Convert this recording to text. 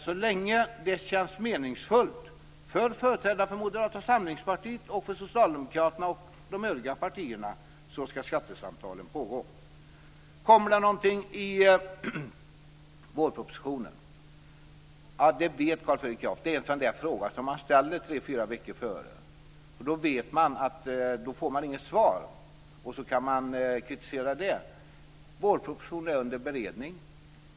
Så länge det känns meningsfullt för företrädare för Moderata samlingspartiet, Socialdemokraterna och de övriga partierna skall skattesamtalen pågå. Kommer det någonting i vårpropositionen? Carl Fredrik Graf, vet att det är en sådan där fråga som man ställer tre-fyra veckor innan, för då vet man att man inte får något svar och då kan man kritisera det. Vårpropositionen är under beredning.